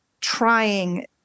trying